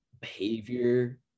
behavior